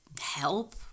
help